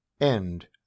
End